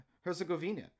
Herzegovina